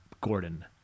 Gordon